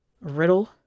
Riddle